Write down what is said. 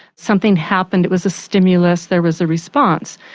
something happened, it was a stimulus, there was a response,